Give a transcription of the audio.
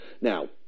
Now